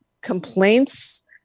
complaints